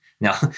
Now